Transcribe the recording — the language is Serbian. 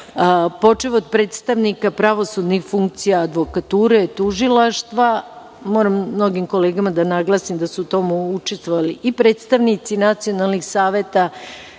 počev od predstavnika pravosudnih funkcija, advokature, tužilaštava. Moram mnogim kolegama da naglasim da su u tome učestvovali i predstavnici nacionalnih saveta,